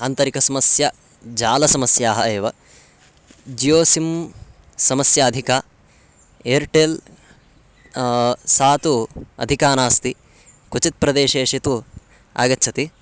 आन्तरिकसमस्या जालसमस्याः एव Jio SIM समस्या अधिका एर्टेल् सा तु अधिका नास्ति क्वचित् प्रदेशेषु तु आगच्छति